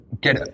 get